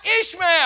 Ishmael